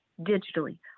digitally